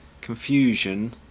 confusion